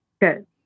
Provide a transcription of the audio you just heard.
Good